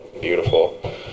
beautiful